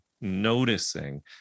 noticing